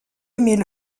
emil